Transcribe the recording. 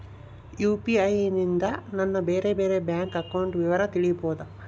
UPI ನಿಂದ ನನ್ನ ಬೇರೆ ಬೇರೆ ಬ್ಯಾಂಕ್ ಅಕೌಂಟ್ ವಿವರ ತಿಳೇಬೋದ?